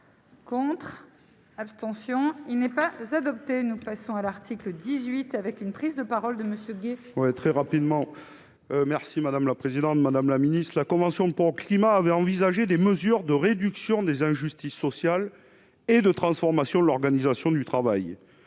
Contre, abstention, il n'est pas adopté, nous passons à l'article 18 avec une prise de parole de monsieur Guey. Oui, très rapidement, merci madame la présidente, madame la ministre de la convention climat avait envisagé des mesures de réduction des injustices sociales et de transformation de l'organisation du travail,